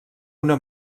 una